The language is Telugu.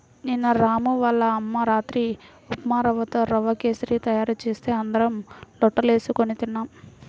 నిన్న రాము వాళ్ళ అమ్మ రాత్రి ఉప్మారవ్వతో రవ్వ కేశరి తయారు చేస్తే అందరం లొట్టలేస్కొని తిన్నాం